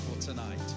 tonight